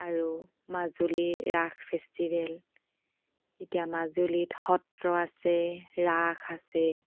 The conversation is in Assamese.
আৰু মাজুলীৰ ৰাস ফেষ্টিভেল এতিয়া মাজুলীত সত্ৰ আছে ৰাস আছে